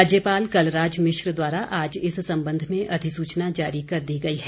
राज्यपाल कलराज मिश्र द्वारा आज इस संबंध में अधिसूचना जारी कर दी गई है